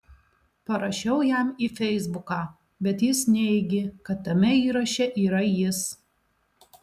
parašiau jam į feisbuką bet jis neigė kad tame įraše yra jis